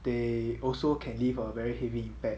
they also can leave a very heavy impact